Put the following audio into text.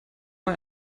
man